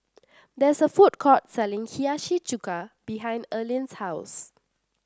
there is a food court selling Hiyashi Chuka behind Erline's house